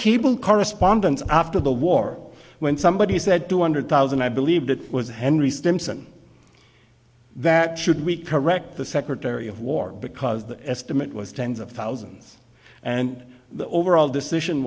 keeping correspondence after the war when somebody said two hundred thousand i believe that was henry stimson that should we correct the secretary of war because the estimate was tens of thousands and the overall decision